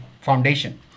Foundation